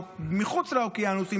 מחוץ לאוקיינוסים,